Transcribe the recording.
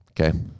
Okay